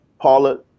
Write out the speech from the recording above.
Paula